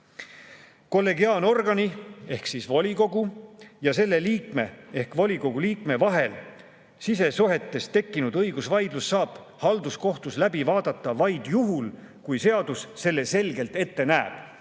Kollegiaalorgani (volikogu) ja selle liikme (volikogu liikme) vahel sisesuhetes tekkinud õigusvaidluse saab halduskohtus läbi vaadata vaid juhul, kui seadus selle selgelt ette näeb."